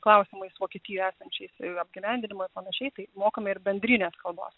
klausimais vokietijoje esančiais apgyvendinimo ir panašiai tai mokome ir bendrinės kalbos